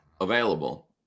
available